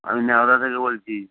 আমি নেওড়া থেকে বলছি